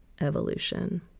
evolution